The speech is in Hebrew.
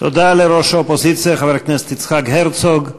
תודה לראש האופוזיציה חבר הכנסת יצחק הרצוג.